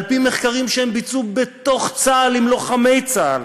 על פי מחקרים שהם ביצעו בתוך צה"ל עם לוחמי צה"ל.